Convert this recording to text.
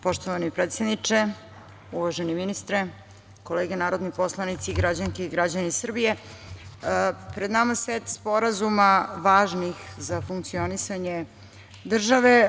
Poštovani predsedniče, uvaženi ministre, kolege narodni poslanici, građanke i građani Srbije, pred nama je set sporazuma važnih za funkcionisanje države.